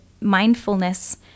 mindfulness